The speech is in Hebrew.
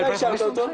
מתי אישרת אותו?